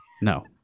no